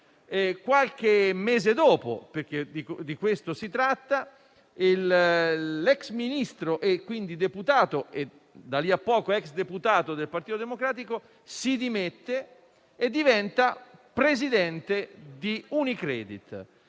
Qualche mese dopo - perché di questo si tratta - l'ex ministro e quindi deputato e, di lì a poco, ex deputato del Partito Democratico si dimette e diventa presidente di Unicredit.